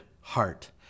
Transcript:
heart